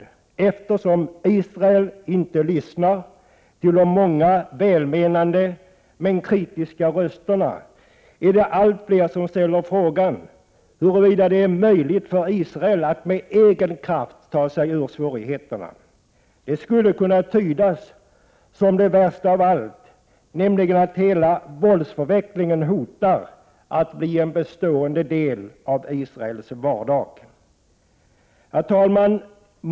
Eftersom Israel inte lyssnar till de många välmenande men kritiska rösterna är det allt fler som ställer frågan huruvida det är möjligt för Israel att av egen kraft ta sig ur svårigheterna. Det skulle kunna tydas som det värsta av allt, nämligen att hela våldsförvecklingen hotar att bli en bestående del av Israels vardag. Herr talman!